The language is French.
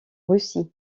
russie